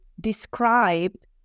described